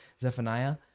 Zephaniah